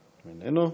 איננו.